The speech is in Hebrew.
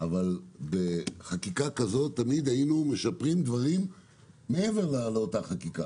אבל בחקיקה כזאת תמיד היינו משפרים דברים מעבר לאותה חקיקה.